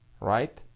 right